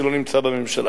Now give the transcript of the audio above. שלא נמצא בממשלה.